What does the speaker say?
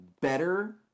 better